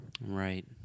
Right